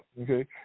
Okay